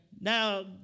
Now